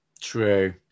True